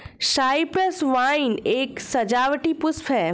Cyprus vine एक सजावटी पुष्प है